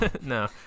no